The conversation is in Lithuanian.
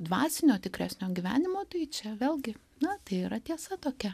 dvasinio tikresnio gyvenimo tai čia vėlgi na tai yra tiesa tokia